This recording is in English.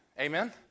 Amen